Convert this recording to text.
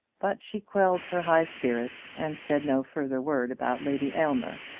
but she quelled her high spirit, and said no further word about lady aylmer.